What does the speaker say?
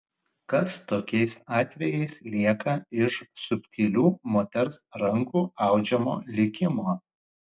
kas tokiais atvejais lieka iš subtilių moters rankų audžiamo likimo